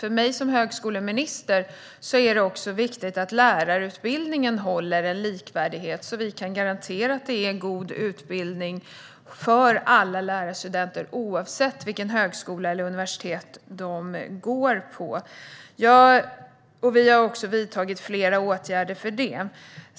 För mig som högskoleminister är det också viktigt att lärarutbildningen håller en likvärdighet så att vi kan garantera att det är en god utbildning för alla lärarstudenter oavsett vilken högskola eller vilket universitet de går på. Vi har också vidtagit flera åtgärder för detta.